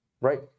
Right